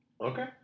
Okay